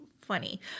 funny